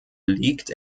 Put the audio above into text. liegt